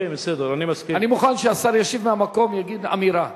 אני מוכן שהשר ישיב מהמקום ויגיד אמירה.